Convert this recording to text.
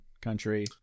country